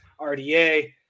RDA